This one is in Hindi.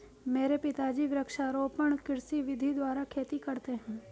मेरे पिताजी वृक्षारोपण कृषि विधि द्वारा खेती करते हैं